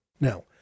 Now